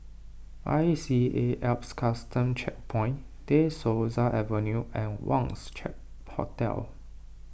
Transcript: I C A Alps Custom Checkpoint De Souza Avenue and Wangz Check Hotel